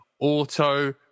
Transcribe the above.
auto